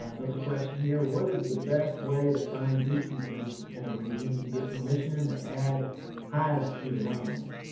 another question here. what is the best way to find beekeepers in a region to get permission to add hives to the land,